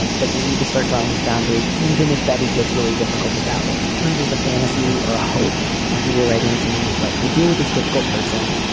um but you need to start drawing this boundary. even if betty gets really difficult about it. slim, there's a fantasy or a hope when people write into me like i deal with this difficult person.